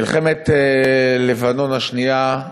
מלחמת לבנון השנייה,